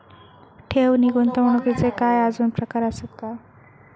ठेव नी गुंतवणूकचे काय आजुन प्रकार आसत काय?